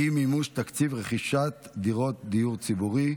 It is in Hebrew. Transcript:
אי-מימוש תקציב רכישת דירות דיור ציבורי.